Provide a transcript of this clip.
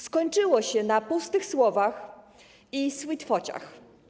Skończyło się na pustych słowach i sweet fociach.